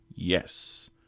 yes